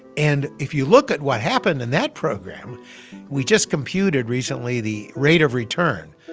and if you look at what happened in that program we just computed recently the rate of return,